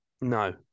No